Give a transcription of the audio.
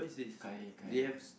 gai-gai